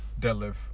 deadlift